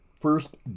first